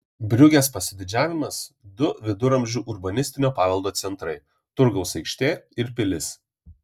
briugės pasididžiavimas du viduramžių urbanistinio paveldo centrai turgaus aikštė ir pilis